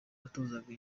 watozaga